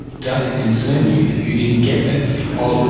does it concern you that you didn't get that feedback? ah look,